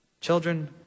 children